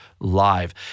live